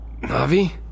Navi